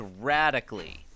radically